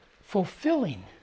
fulfilling